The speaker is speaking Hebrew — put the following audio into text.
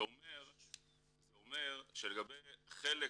זה אומר שלגבי חלק